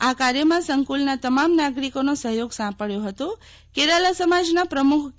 આ કાર્યમાં સંકુલના તમામ નાગરિકોનો સહયોગ સાંપડયો હતે કેરાલા સમાજના પ્રમુખ કે